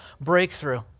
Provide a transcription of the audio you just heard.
breakthrough